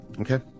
Okay